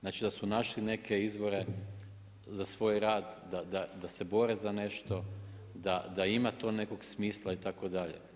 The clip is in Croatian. Znači da su našli neke izvore za svoj rad, da se bore za nešto, da ma to nekog smisla itd.